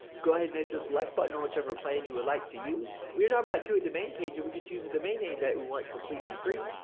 go ahead and hit the select button on whichever plan you would like to use. we are now brought to a domain page where we can choose the domain name that we want completely free.